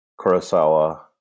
Kurosawa